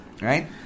Right